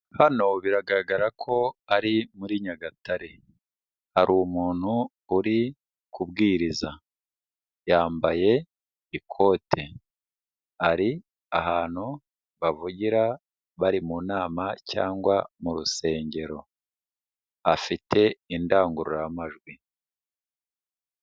Hano biragaragara ko ari muri Nyagatare, hari umuntu uri kubwiriza, yambaye ikote, ari ahantu bavugira bari mu nama cyangwa mu rusengero, afite indangururamajwi.